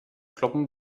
kloppen